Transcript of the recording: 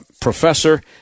professor